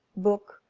book,